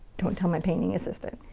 don't tell my painting assistant.